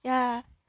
yeah